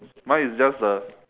mine is just the